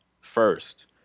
first